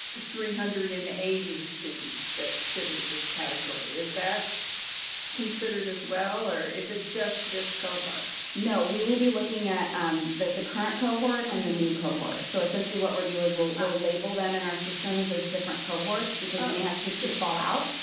three hundred and eighty students that fit into this category. is that considered as well? or is it just this cohort? no. we will be looking at um the the current cohort and the new cohort. so essentially what we'll do is ah label them in our systems as different cohorts, because you may have kids who fall out,